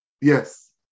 Yes